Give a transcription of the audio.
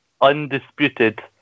undisputed